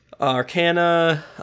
arcana